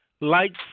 likes